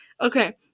Okay